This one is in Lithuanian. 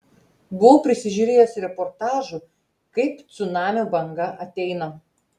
buvau prisižiūrėjęs reportažų kaip cunamio banga ateina